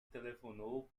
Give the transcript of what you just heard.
telefonou